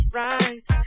right